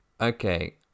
Okay